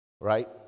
right